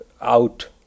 out